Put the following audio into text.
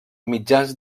mitjans